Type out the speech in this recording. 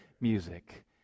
music